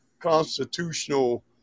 constitutional